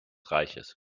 reiches